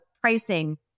pricing